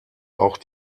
auch